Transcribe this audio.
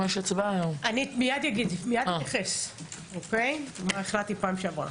אני מיד אתייחס למה שהחלטתי בפעם שעברה.